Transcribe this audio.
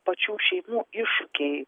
pačių šeimų iššūkiai